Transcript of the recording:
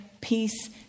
peace